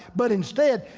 but instead,